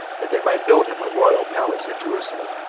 that they might build him a royal palace at jerusalem.